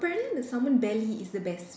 apparently the salmon belly is the best